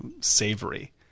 savory